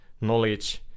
knowledge